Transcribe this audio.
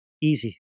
Easy